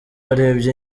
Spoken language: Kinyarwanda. yarebye